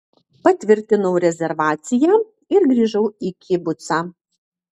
patvirtinau rezervaciją ir grįžau į kibucą